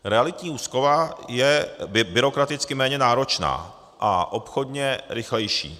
Realitní úschova je byrokraticky méně náročná a obchodně rychlejší.